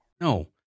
No